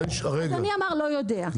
אדוני אמר לא יודע.